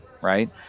right